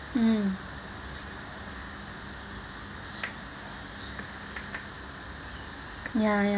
mm ya ya